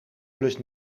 plus